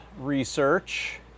research